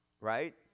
right